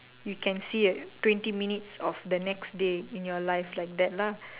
you can see twenty minutes of the next day in your life like that lah